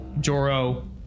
joro